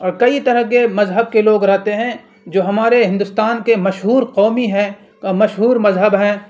اور کئی طرح کے مذہب کے لوگ رہتے ہیں جو ہمارے ہندوستان کے مشہور قومی ہیں مشہور مذہب ہیں